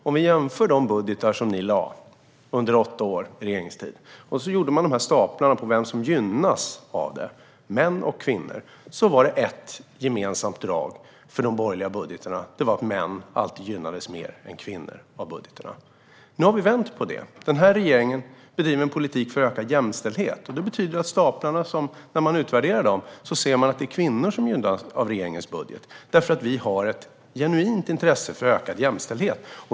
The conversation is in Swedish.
Om vi tittar på de budgetar som ni lade under åtta års regeringstid och gör staplar över vilka som gynnades av dem - män eller kvinnor - ser vi att det finns ett gemensamt drag för de borgerliga budgetarna, och det var att män alltid gynnades mer än kvinnor. Nu har vi vänt på det. Den här regeringen bedriver en politik för ökad jämställdhet, och det betyder att man när man utvärderar staplarna ser att det är kvinnor som gynnas av regeringens budget därför att vi har ett genuint intresse av ökad jämställdhet.